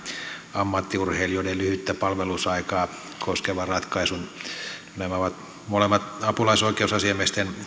ammattiurheilijoiden lyhyttä palvelusaikaa koskevan ratkaisun nämä ovat molemmat apulaisoikeusasiamiesten